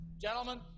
Gentlemen